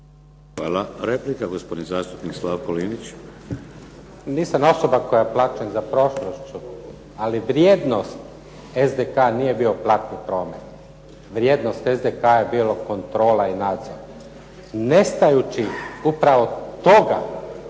Hvala. Replika. Gospodin zastupnik Slavko Linić. **Linić, Slavko (SDP)** Nisam osoba koja plače za prošlošću, ali vrijednost SDK-a nije bio platni promet. Vrijednost SDK-a je bila kontrola i nadzor. Nestajući upravo toga,